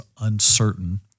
uncertain